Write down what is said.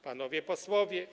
Panowie Posłowie!